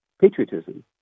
patriotism